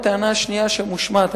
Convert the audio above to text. הטענה השנייה שמושמעת,